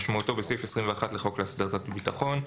כמשמעותו בסעיף 21 לחוק להסדרת הביטחון,